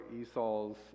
Esau's